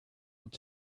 will